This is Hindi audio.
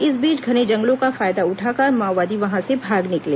इस बीच घने जंगलों का फायदा उठाकर माओवादी वहां से भाग निकले